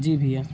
जी भैया